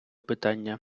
питання